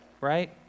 right